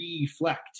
reflect